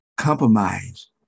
Compromise